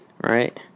Right